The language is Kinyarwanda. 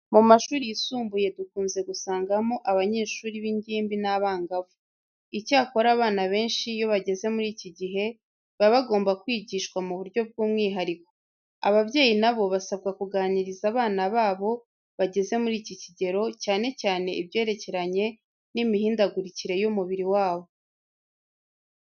Mu mashuri yisumbuye dukunze gusangamo abanyeshuri b'ingimbi n'abangavu. Icyakora, abana benshi iyo bageze muri iki gihe, baba bagomba kwigishwa mu buryo bw'umwihariko. Ababyeyi na bo basabwa kuganiriza abana babo bageze muri iki kigero, cyane cyane ibyerekeranye n'imihindagurikire y'umubiri wabo.